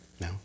No